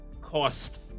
cost